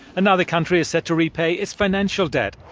another country is set to repay its financial debt.